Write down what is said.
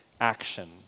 action